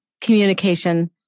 communication